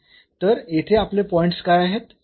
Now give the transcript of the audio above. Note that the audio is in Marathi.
तर येथे आपले पॉईंट्स काय आहेत